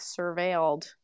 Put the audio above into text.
Surveilled